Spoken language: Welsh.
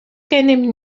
gennym